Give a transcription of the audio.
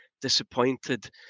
disappointed